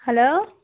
hello